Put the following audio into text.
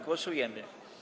Głosujemy.